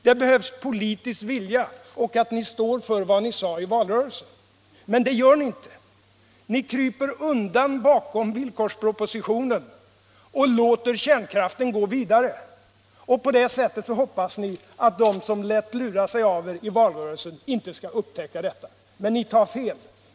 Det behövs politisk vilja och att ni står för vad ni sade i valrörelsen. Men det gör ni inte. Ni - Nr 107 kryper undan bakom villkorspropositionen och låter kärnkraften gå vida Torsdagen den re. På det sättet hoppas ni att de som lät lura sig av er i valrörelsen 14 april 1977 inte skall upptäcka detta. Men ni tar fel.